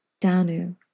Danu